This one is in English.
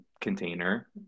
container